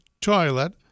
toilet